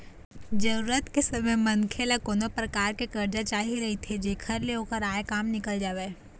जरूरत के समे मनखे ल कोनो परकार के करजा चाही रहिथे जेखर ले ओखर आय काम निकल जावय